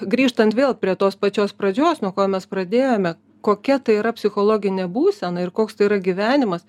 grįžtant vėl prie tos pačios pradžios nuo ko mes pradėjome kokia tai yra psichologinė būsena ir koks tai yra gyvenimas